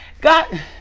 God